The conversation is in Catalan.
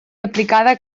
aplicada